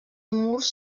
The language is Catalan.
murs